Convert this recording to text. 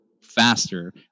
faster